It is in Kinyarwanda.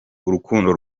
urukundo